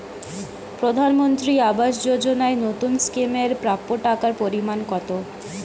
প্রধানমন্ত্রী আবাস যোজনায় নতুন স্কিম এর প্রাপ্য টাকার পরিমান কত?